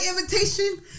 invitation